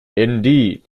indeed